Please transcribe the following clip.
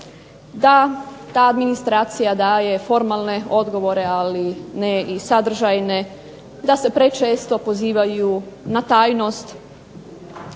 da ta administracija daje formalne odgovore, ali ne i sadržajne, da se prečesto pozivaju na tajnost